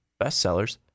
bestsellers